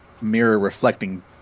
mirror-reflecting